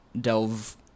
delve